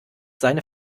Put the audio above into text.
seine